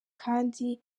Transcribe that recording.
kandi